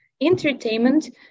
Entertainment